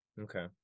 Okay